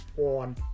on